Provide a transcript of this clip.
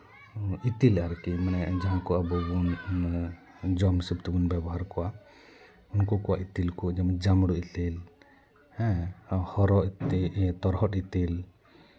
ᱤᱛᱤᱞ ᱟᱨᱠᱤ ᱡᱟᱦᱟᱸ ᱠᱚ ᱟᱵᱚ ᱵᱚᱱ ᱡᱚᱢ ᱦᱤᱥᱟᱹᱵ ᱛᱮᱵᱚᱱ ᱵᱮᱵᱚᱦᱟᱨ ᱠᱚᱣᱟ ᱩᱱᱠᱩ ᱠᱚ ᱤᱛᱤᱞ ᱠᱚ ᱡᱮᱢᱚᱱ ᱡᱟᱢᱲᱳ ᱤᱛᱤᱞ ᱦᱮᱸ ᱦᱚᱨᱚ ᱤᱛᱤᱞ ᱛᱚᱨᱦᱚᱫ ᱤᱛᱤᱞ